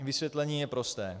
Vysvětlení je prosté.